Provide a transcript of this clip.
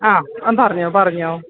ആ പറഞ്ഞുകൊള്ളൂ പറഞ്ഞുകൊള്ളൂ